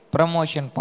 Promotion